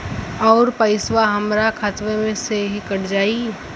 अउर पइसवा हमरा खतवे से ही कट जाई?